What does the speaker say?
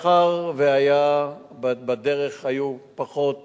מאחר שבדרך היו פחות